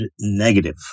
negative